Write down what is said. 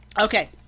Okay